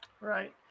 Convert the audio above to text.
right